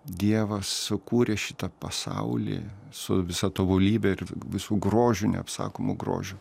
dievas sukūrė šitą pasaulį su visa tobulybe ir visu grožiu neapsakomu grožiu